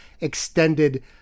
extended